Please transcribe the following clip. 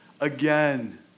again